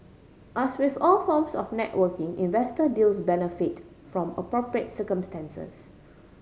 as with all forms of networking investor deals benefit from appropriate circumstances